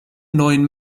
neuen